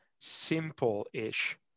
simple-ish